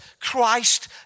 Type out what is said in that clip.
Christ